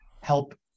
help